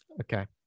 okay